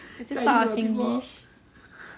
is this part of singlish